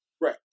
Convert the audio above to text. Right